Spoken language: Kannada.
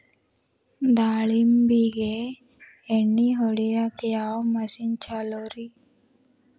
ದಾಳಿಂಬಿಗೆ ಎಣ್ಣಿ ಹೊಡಿಯಾಕ ಯಾವ ಮಿಷನ್ ಛಲೋರಿ?